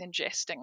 ingesting